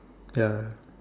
ya